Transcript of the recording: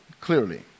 clearly